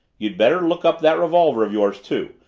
you'd better look up that revolver of yours, too,